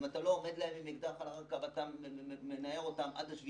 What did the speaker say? אם אתה לא עומד להם עם אקדח על הרקה ומנער אותם השביתות,